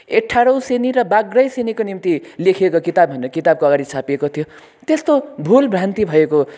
एकघारौँ श्रेणी र बाह्रौँ श्रेणीको निम्ति लेखिएको किताबको अघाडि छापिएको थियो त्यस्तो भुल भ्रान्ति भएको जग्गामा